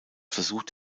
versucht